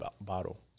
bottle